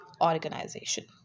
organization